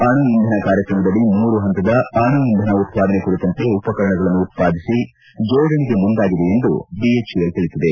ಅಣು ಇಂಧ ಕಾರ್ಯಕ್ರಮದಡಿ ಮೂರು ಹಂತದ ಅಣುಇಂಧನ ಉತ್ಪಾದನೆ ಕುರಿತಂತೆ ಉಪಕರಣಗಳನ್ನು ಉತ್ವಾದಿಸಿ ಜೋಡಣೆಗೆ ಮುಂದಾಗಿದೆ ಎಂದು ಬಿಎಚ್ಇಎಲ್ ತಿಳಿಸಿದೆ